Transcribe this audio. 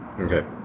okay